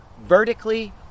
vertically